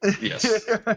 Yes